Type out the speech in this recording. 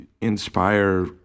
inspire